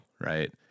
right